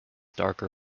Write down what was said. darker